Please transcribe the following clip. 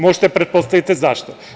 Možete pretpostaviti zašto.